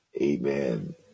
amen